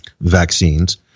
vaccines